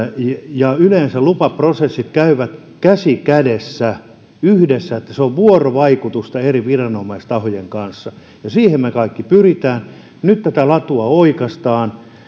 ja yleensä lupaprosessit käyvät käsi kädessä yhdessä niin että ne ovat vuorovaikutusta eri viranomaistahojen kanssa siihen me kaikki pyrimme nyt tätä latua oikaistaan